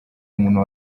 umuntu